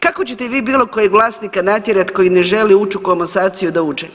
Kako ćete vi bilo kojeg vlasnika natjerati koji ne želi ući u komasaciju da uđe?